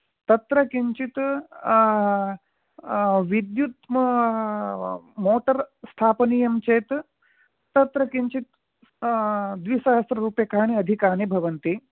तत्र किञ्चित् विद्युत् मोटर् स्थापनीयं चेत् तत्र किञ्चित् द्विसहस्ररूप्यकाणि अधिकानि भवन्ति